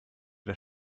der